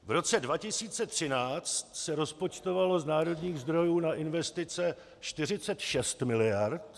V roce 2013 se rozpočtovalo z národních zdrojů na investice 46 mld.